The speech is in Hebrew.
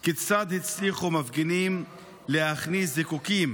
2. כיצד הצליחו מפגינים להכניס זיקוקים